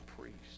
priests